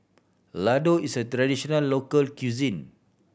ladoo is a traditional local cuisine